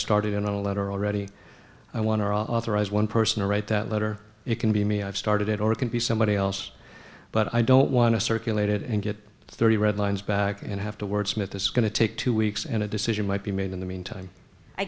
started in a letter already i want our authorized one person to write that letter it can be me i've started it or it can be somebody else but i don't want to circulate it and get thirty red lines back and have to wordsmith this going to take two weeks and a decision might be made in the meantime i